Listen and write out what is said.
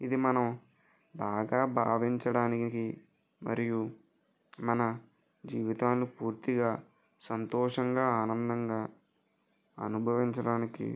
ఇది మనం బాగా భావించడానికి మరియు మన జీవితాలు పూర్తిగా సంతోషంగా ఆనందంగా అనుభవించడానికి